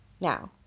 Now